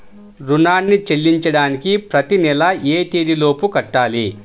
రుణాన్ని చెల్లించడానికి ప్రతి నెల ఏ తేదీ లోపు కట్టాలి?